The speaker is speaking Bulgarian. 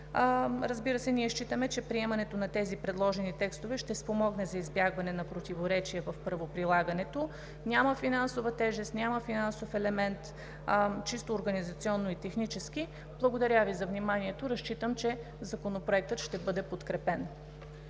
Разбира се, ние считаме, че приемането на тези предложени текстове ще спомогне за избягване на противоречие в правоприлагането – няма финансова тежест, няма финансов елемент, чисто организационно и технически. Благодаря Ви за вниманието. Разчитам, че Законопроектът ще бъде подкрепен.